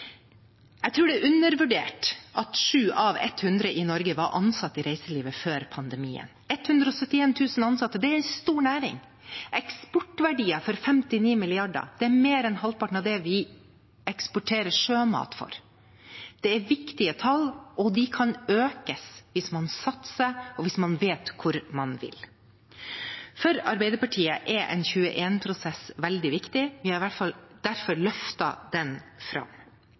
Jeg tror det er undervurdert at 7 av 100 i Norge var ansatt i reiselivet før pandemien. 171 000 ansatte – det er en stor næring. Eksportverdier for 59 mrd. kr – det er mer enn halvparten av det vi eksporterer sjømat for. Det er viktige tall, og de kan økes hvis man satser, og hvis man vet hvor man vil. For Arbeiderpartiet er en 21-prosess veldig viktig. Vi har derfor løftet den fram.